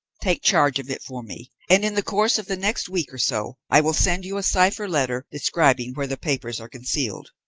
take charge of it for me, and in the course of the next week or so i will send you a cipher letter describing where the papers are concealed.